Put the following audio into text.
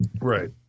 Right